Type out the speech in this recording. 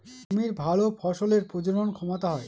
জমির ভালো ফসলের প্রজনন ক্ষমতা হয়